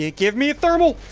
ah give me a thermal